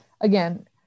Again